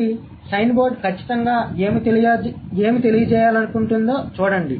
కాబట్టి sign board ఖచ్చితంగా ఏమి తెలియజేయాలనుకుంటుందో చూడండి